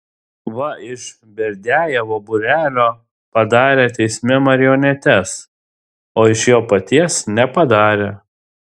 va iš berdiajevo būrelio padarė teisme marionetes o iš jo paties nepadarė